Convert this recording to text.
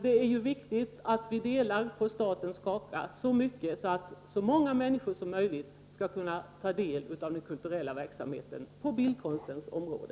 Det är viktigt att vi delar på statens kaka så att så många människor som möjligt skall kunna ta del av den kulturella verksamheten på bildkonstens område.